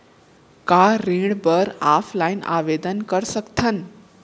का ऋण बर ऑफलाइन आवेदन कर सकथन?